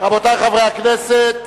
רבותי חברי הכנסת,